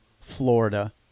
Florida